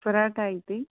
ಪರೋಟ ಐತಿ